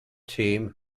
team